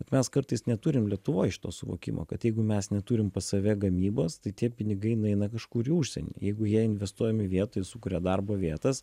mes kartais neturim lietuvoj šito suvokimo kad jeigu mes neturim pas save gamybos tai tie pinigai nueina kažkur į užsienį jeigu jie investuojami vietoj jie sukuria darbo vietas